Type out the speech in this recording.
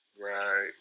right